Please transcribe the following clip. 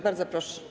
Bardzo proszę.